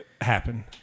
happen